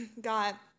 got